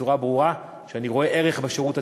בצורה ברורה שאני רואה ערך בשירות הצבאי.